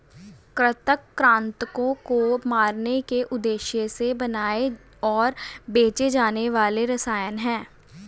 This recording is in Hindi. कृंतक कृन्तकों को मारने के उद्देश्य से बनाए और बेचे जाने वाले रसायन हैं